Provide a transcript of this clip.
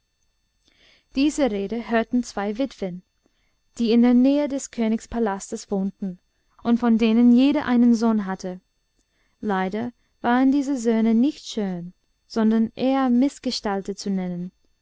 diese rede hörten zwei witwen die in der nähe des königpalastes wohnten und von denen jede einen sohn hatte leider waren diese söhne nicht schön sondern eher mißgestaltet zu nennen